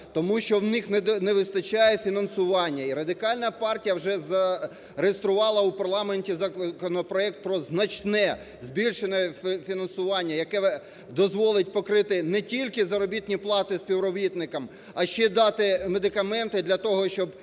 тому що в них не вистачає фінансування. І Радикальна партія вже зареєструвала у парламенті законопроект про значне збільшене фінансування, яке дозволить покрити не тільки заробітні плати співробітникам, а ще дати медикаменти для того,